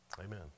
Amen